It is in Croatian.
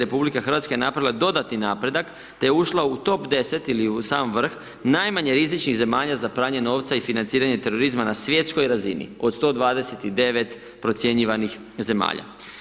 RH, je napravila dodatni napredak te je ušla u top 10 ili u sam vrh najmanje rizičnih zemalja za pranje novca i financiranje terorizma na svjetskoj razini od 129 procjenjivanih zemalja.